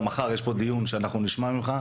גם מחר יש פה דיון שאנחנו נשמע ממך.